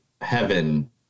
Heaven